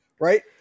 Right